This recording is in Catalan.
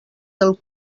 del